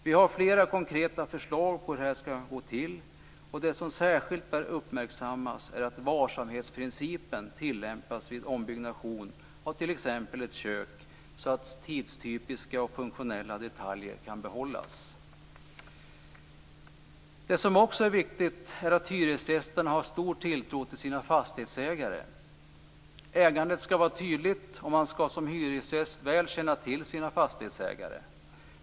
Vi har flera konkreta förslag på hur det här skall gå till. Det som särskilt bör uppmärksammas är att varsamhetsprincipen tillämpas vid ombyggnation av t.ex. ett kök, så att tidstypiska och funktionella detaljer kan behållas. Det som också är viktigt är att hyresgästerna har stor tilltro till sina fastighetsägare. Ägandet skall vara tydligt och man skall som hyresgäst väl känna till sin fastighetsägare.